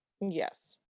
Yes